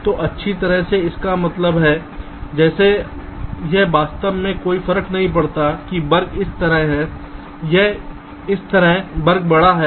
तो अच्छी तरह से इसका मतलब है जैसे यह वास्तव में कोई फर्क नहीं पड़ता कि वर्ग इस तरह है या इस तरह वर्ग बड़ा है